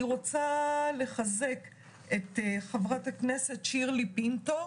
אני רוצה לחזק את חברת הכנסת שירלי פינטו.